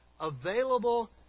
available